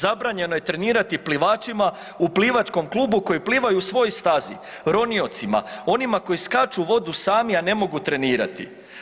Zabranjeno je trenirati plivačima u plivačkom klubu koji plivaju u svojoj stazi, roniocima, onima koji skaču u vodu sami a ne mogu trenirati.